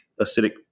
acidic